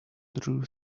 drew